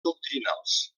doctrinals